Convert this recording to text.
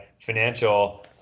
financial